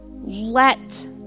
let